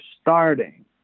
starting